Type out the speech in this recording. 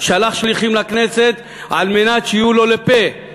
שלח שליחים לכנסת על מנת שיהיו לו לפה.